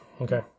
Okay